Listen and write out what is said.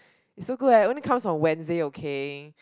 it's so good leh only comes on Wednesday okay